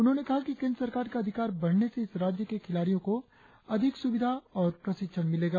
उन्होंने कहा कि केंद्र सरकार का अधिकार बढ़ने से इस राज्य के खिलाड़ियों को अधिक सुविधा और प्रशिक्षण मिलेगा